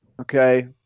okay